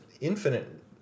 infinite